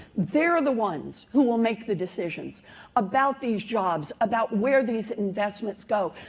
they're the ones who will make the decisions about these jobs about where these investments go.